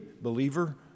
believer